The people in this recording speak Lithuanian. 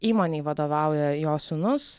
įmonei vadovauja jo sūnus